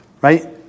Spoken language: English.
Right